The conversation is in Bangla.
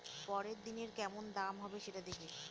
পরের দিনের কেমন দাম হবে, সেটা দেখে